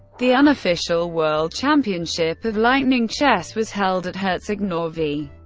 the unofficial world championship of lightning chess was held at herceg novi.